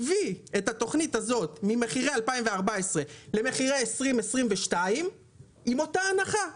הוא הביא את התוכנית הזו ממחירי 2014 למחירי 2022 עם אותה הנחה.